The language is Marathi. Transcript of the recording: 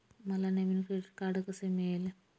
मला नवीन क्रेडिट कार्ड कसे मिळेल?